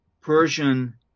Persian